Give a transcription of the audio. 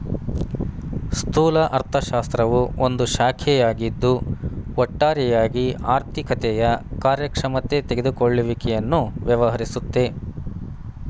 ಸ್ಥೂಲ ಅರ್ಥಶಾಸ್ತ್ರವು ಒಂದು ಶಾಖೆಯಾಗಿದ್ದು ಒಟ್ಟಾರೆಯಾಗಿ ಆರ್ಥಿಕತೆಯ ಕಾರ್ಯಕ್ಷಮತೆ ತೆಗೆದುಕೊಳ್ಳುವಿಕೆಯನ್ನು ವ್ಯವಹರಿಸುತ್ತೆ